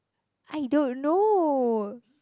I don't know